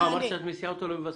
אמרת שאת מסיעה אותו למבשרת.